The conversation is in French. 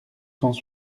cents